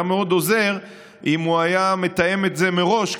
היה מאוד עוזר אם הוא היה מתאם את זה מראש,